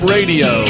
Radio